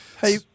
Hey